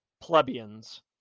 Plebeians